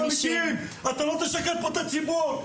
נתונים אמיתיים, לא תשקר את הציבור.